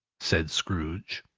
said scrooge.